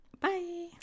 bye